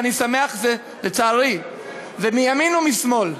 ואני שמח, לצערי, זה מימין ומשמאל,